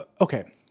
okay